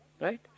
Right